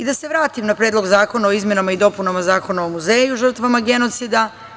Da se vratim na Predlog zakona o izmenama i dopunama Zakona o muzeju žrtvama genocida.